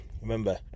remember